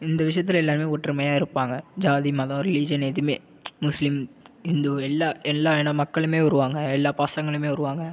இந்த விஷயத்தில் எல்லோருமே ஒற்றுமையாக இருப்பாங்க ஜாதி மதம் ரிலீஜியன் எதுவுமே முஸ்லீம் இந்து எல்லா எல்லா இன மக்களுமே வருவாங்க எல்லா பசங்களுமே வருவாங்க